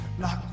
Locked